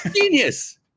Genius